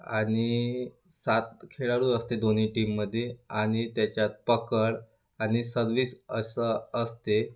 आणि सात खेळाडू असते दोन्ही टीममध्ये आणि त्याच्यात पकड आणि सर्विस असं असते